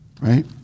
Right